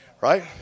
Right